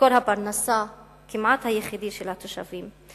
מקור הפרנסה היחידי כמעט של התושבים.